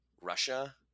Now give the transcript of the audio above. Russia